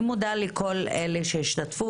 אני מודה לכל מי שהשתתף,